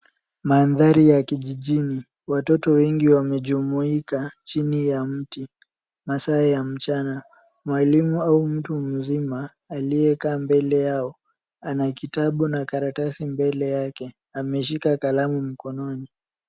Mandhari ya kijijini. Watoto wengi wamejumuika chini ya mti masaa ya mchana. Mwalimu au mtu mzima aliyekaa mbele yao, ana kitabu na karatasi mbele yake. Ameshika kalamu mkononi.